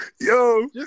yo